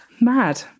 Mad